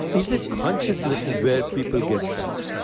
is it consciousness, is where people get stuck.